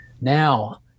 Now